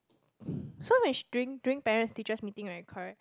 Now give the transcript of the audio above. so when sh~ during during parents teachers meeting right correct